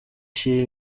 cyane